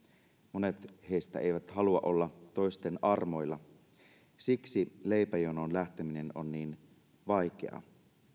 monet heistä eivät halua olla toisten armoilla siksi leipäjonoon lähteminen on niin vaikeaa